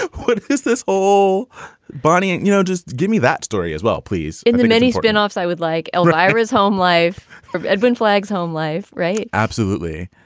ah is this all barnea? you know, just give me that story as well, please in the many spin offs, i would like elvira's home life for edwin flagg's home life, right? absolutely.